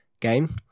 game